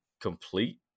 complete